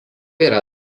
yra